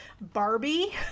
barbie